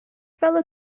fellow